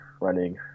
running